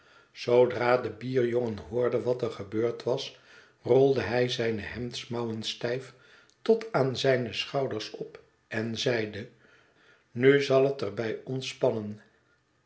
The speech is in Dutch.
zoodra de bierjongen hoorde wat er gebeurd was rolde hij zijne hemdsmouwen stijf tot aan zijne schouders op en zeide nu zal het